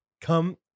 come